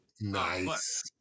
Nice